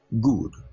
good